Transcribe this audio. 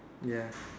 ya